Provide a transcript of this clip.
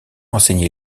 enseigné